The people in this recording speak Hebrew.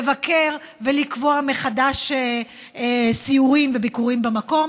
לבקר ולקבוע מחדש סיורים וביקורים במקום.